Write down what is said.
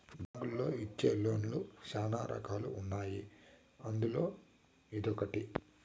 బ్యాంకులోళ్ళు ఇచ్చే లోన్ లు శ్యానా రకాలు ఉన్నాయి అందులో ఇదొకటి